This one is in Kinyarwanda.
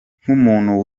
nk’umuntu